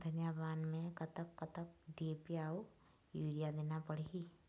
धनिया पान मे कतक कतक डी.ए.पी अऊ यूरिया देना पड़ही?